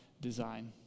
design